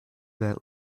that